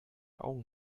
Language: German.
augen